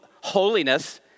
Holiness